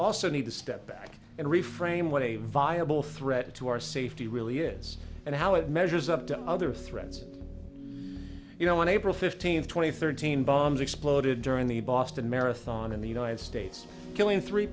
also need to step back and reframe what a viable threat to our safety really is and how it measures up to other threats you know when april fifteenth twenty thirteen bombs exploded during the boston marathon in the united states killing three